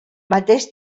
mateix